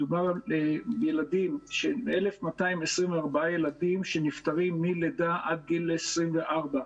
מדובר על 1,224 ילדים שנפטרים מלידה עד גיל 24,